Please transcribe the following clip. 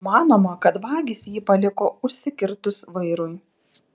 manoma kad vagys jį paliko užsikirtus vairui